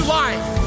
life